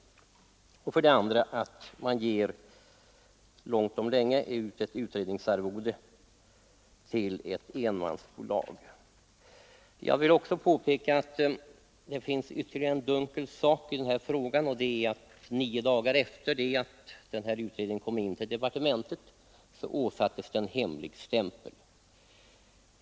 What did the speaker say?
För det andra har man, långt om länge, betalat ut utredningsarvode till ett enmansbolag. Jag vill påpeka att det finns ytterligare en dunkel sak i den här frågan: nio dagar efter det att denna utredning kommit in till departementet åsattes den hemligstämpel.